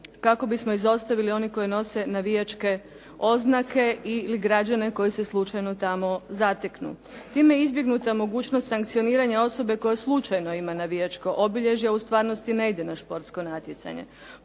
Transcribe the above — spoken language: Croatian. kako bismo izostavili oni koji nose navijačke oznake ili građane koji se slučajno tamo zateknu. Time je izbjegnuta mogućnost sankcioniranja osobe koja slučajno ima navijačko obilježje, a u stvarnosti ne ide na športsko natjecanje.